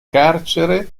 carcere